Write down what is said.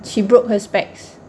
she broke her specs